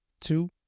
two